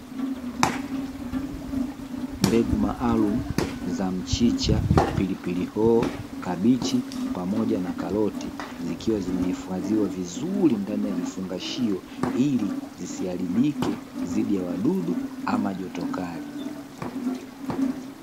Mbegu maalumu za mchicha, pilipili hoho, kabichi pamoja na karoti, zikiwa zimehifadhiwa vizuri ndani ya vifungashio, ili zisiharibike dhidi ya wadudu ama joto kali.